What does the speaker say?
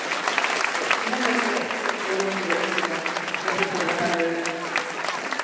ᱤᱱᱟᱹ ᱠᱟᱛᱮ ᱟᱞᱩᱢ ᱜᱮᱫ ᱠᱮᱫᱟ ᱟᱞᱩ ᱫᱚ ᱞᱟᱦᱟ ᱨᱮ